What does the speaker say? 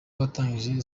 watangije